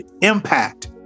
impact